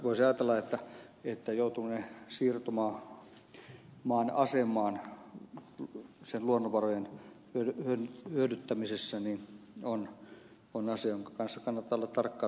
voisi ajatella että joutuminen siirtomaan asemaan sen luonnonvarojen hyödyntämisessä on asia jonka kanssa kannattaa olla tarkkana